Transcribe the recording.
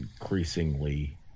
increasingly